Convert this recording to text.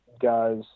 guys